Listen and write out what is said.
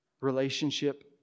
relationship